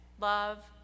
love